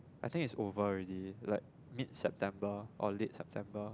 I think it's over already like mid September or late September